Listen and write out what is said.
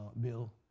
Bill